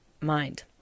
mind